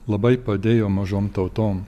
labai padėjo mažom tautom